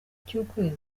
cy’ukwezi